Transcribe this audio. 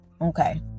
okay